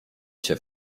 się